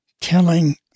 telling